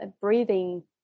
breathing